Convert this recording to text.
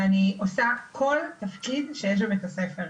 ואני עושה כל תפקיד שיש בבית הספר.